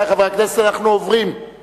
(תיקון מס' 18) (צילום